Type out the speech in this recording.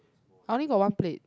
I only got one plate